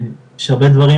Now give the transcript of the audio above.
יש הרבה דברים,